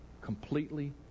completely